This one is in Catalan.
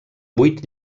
vuit